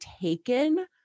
taken